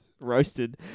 Roasted